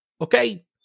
Okay